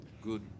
good